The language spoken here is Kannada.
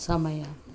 ಸಮಯ